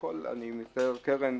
אני מצטער קרן,